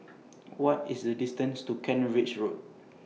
What IS The distance to Kent Ridge Road